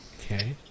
Okay